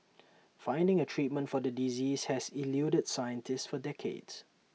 finding A treatment for the disease has eluded scientists for decades